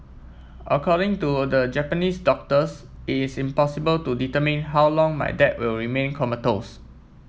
according to the Japanese doctors it is impossible to determine how long my dad will remain comatose